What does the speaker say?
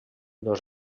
dos